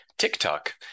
TikTok